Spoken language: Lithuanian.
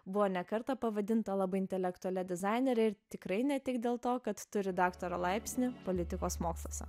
buvo ne kartą pavadinta labai intelektualia dizainere ir tikrai ne tik dėl to kad turi daktaro laipsnį politikos moksluose